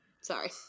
Sorry